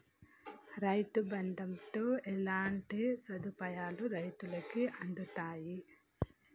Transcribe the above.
రైతు బంధుతో ఎట్లాంటి సదుపాయాలు రైతులకి అందుతయి?